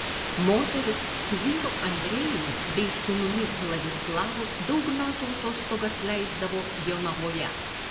moteris su vyru andrejumi bei sūnumi vladislavu daug metų atostogas leisdavo jonavoje